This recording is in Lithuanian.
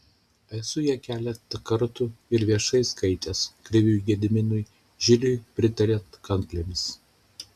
esu ją keletą kartų ir viešai skaitęs kriviui gediminui žiliui pritariant kanklėmis